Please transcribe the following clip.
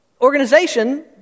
organization